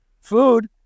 food